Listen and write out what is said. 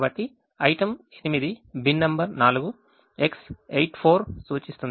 కాబట్టి item 8 bin number 4 X84 సూచిస్తుంది